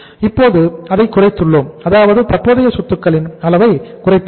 இப்போது அதை குறைத்துள்ளோம் அதாவது தற்போதைய சொத்துக்களின் அளவை குறைத்துள்ளோம்